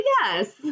yes